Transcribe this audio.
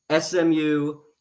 SMU